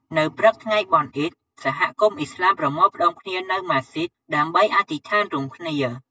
នៅព្រឹកថ្ងៃបុណ្យអ៊ីឌ សហគមន៍ឥស្លាមប្រមូលផ្ដុំគ្នានៅ ម៉ាស្សីដ ដើម្បីអធិស្ឋានរួមគ្នា។